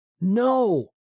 No